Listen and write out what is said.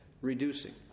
reducing